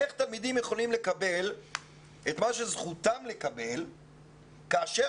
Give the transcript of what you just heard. איך תלמידים יכולים לקבל את מה שזכותם לקבל כאשר